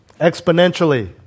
exponentially